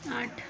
आठ